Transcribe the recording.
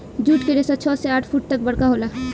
जुट के रेसा छव से आठ फुट तक बरका होला